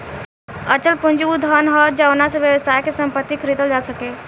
अचल पूंजी उ धन ह जावना से व्यवसाय के संपत्ति खरीदल जा सके